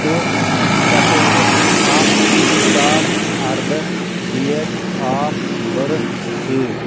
تہٕ سَتووُہ اَکھ زٕ ساس ارداہ ڈیٹ آف بٔرٕتھ سۭتۍ